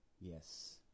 Yes